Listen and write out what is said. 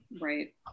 Right